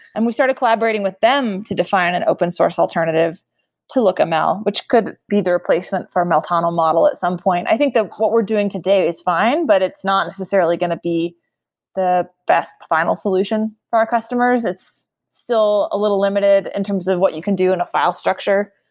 and we started collaborating with them to define an open source alternative to lookml, which could be the replacement for meltano model at some point i think that what we're doing today is fine, but it's not necessarily going to be the best final solution for our customers. it's still a little limited in terms of what you can do in a file structure.